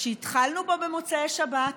שהתחלנו בו במוצאי שבת,